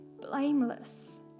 blameless